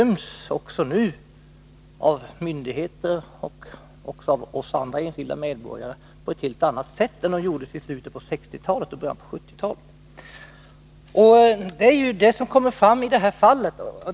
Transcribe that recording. Myndigheter och även enskilda medborgare gör en helt annan bedömning nu än man gjorde i slutet av 1960-talet och i början av 1970-talet. Det kommer fram i detta fall.